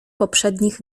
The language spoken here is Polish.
poprzednich